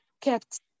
kept